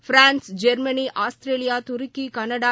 France Germany Australia துருக்கி Canada